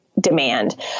demand